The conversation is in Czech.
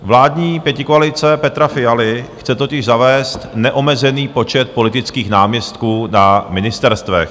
Vládní pětikoalice Petra Fialy chce totiž zavést neomezený počet politických náměstků na ministerstvech.